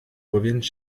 reviennent